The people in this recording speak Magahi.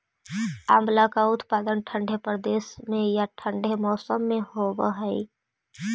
आंवला का उत्पादन ठंडे प्रदेश में या ठंडे मौसम में होव हई